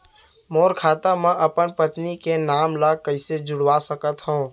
मोर खाता म अपन पत्नी के नाम ल कैसे जुड़वा सकत हो?